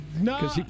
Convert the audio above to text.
No